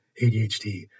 ADHD